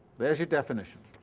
there's your definition.